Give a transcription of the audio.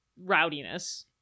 rowdiness